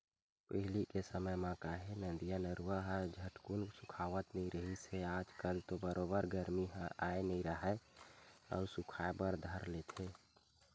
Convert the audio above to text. पहिली के समे म काहे नदिया, नरूवा ह झटकून सुखावत नइ रिहिस हे आज कल तो बरोबर गरमी ह आय नइ राहय अउ सुखाय बर धर लेथे